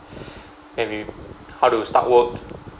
when we how to start work